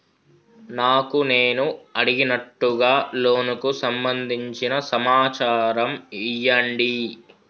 నాకు నేను అడిగినట్టుగా లోనుకు సంబందించిన సమాచారం ఇయ్యండి?